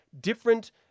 different